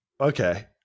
Okay